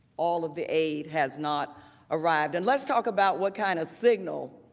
all of the aide has not arrived. and let's talk about what kind of signal.